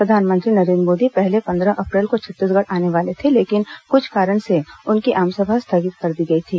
प्रधानमंत्री नरेंद्र मोदी पहले पन्द्रह अप्रैल को छत्तीसगढ़ आने वाले थे लेकिन कुछ कारण से उनकी आमसभा स्थगित कर दी गई थी